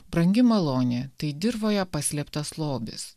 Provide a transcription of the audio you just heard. brangi malonė tai dirvoje paslėptas lobis